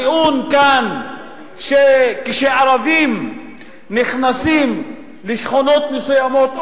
כאן טוענים שכשערבים נכנסים לשכונות מסוימות,